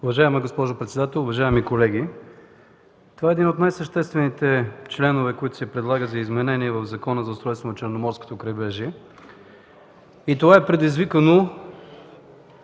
Уважаема госпожо председател, уважаеми колеги! Това е един от най-съществените текстове, които се предлагат за изменение в Закона за устройство на Черноморското крайбрежие, и това е предизвикано